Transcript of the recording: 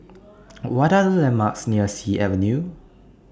What Are The landmarks near Sea Avenue